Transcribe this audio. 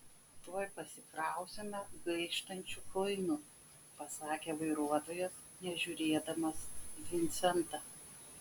tuoj pasikrausime gaištančių kuinų pasakė vairuotojas nežiūrėdamas į vincentą